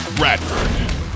Radford